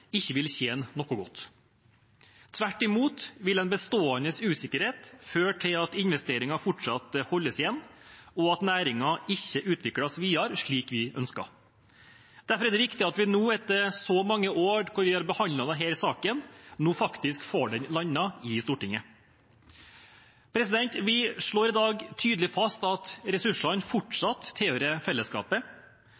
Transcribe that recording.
ikke vil tjene noen godt. Tvert imot vil en bestående usikkerhet føre til at investeringer fortsatt holdes igjen, og at næringen ikke utvikles videre, slik vi ønsker. Derfor er det viktig at vi etter så mange år med behandling av denne saken, nå får den landet i Stortinget. Vi slår i dag tydelig fast at ressursene